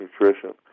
nutrition